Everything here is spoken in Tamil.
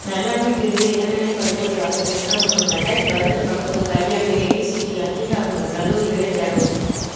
மேலாண்மை பிரிவில் இளநிலைப் படிப்புகளை வழங்குகின்ற மற்றும் ரெண்டாயிரத்து பதினெட்டு பத்தொம்பது கல்வியாண்டில் ஏஐசிடிஇ அங்கீகாரமுள்ள கல்லூரிகளைத் தேடவும்